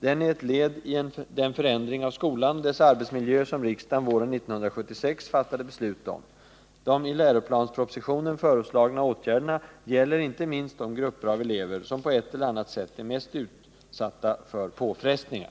Den är ett led i den förändring av skolan och dess arbetsmiljö som riksdagen våren 1976 fattade beslut om. De i läroplanspropositionen föreslagna åtgärderna gäller inte minst de grupper av elever som på ett eller annat sätt är mest utsatta för påfrestningar.